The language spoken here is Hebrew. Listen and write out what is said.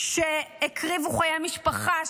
שהקריבו חיי משפחה,